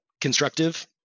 constructive